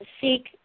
seek